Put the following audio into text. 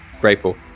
grateful